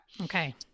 okay